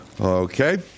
okay